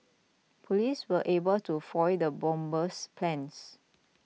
police were able to foil the bomber's plans